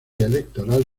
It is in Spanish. electoral